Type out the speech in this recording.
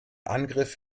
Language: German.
angriff